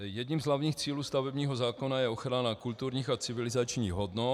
Jedním z hlavních cílů stavebního zákona je ochrana kulturních a civilizačních hodnot.